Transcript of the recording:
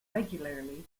regularly